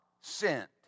sent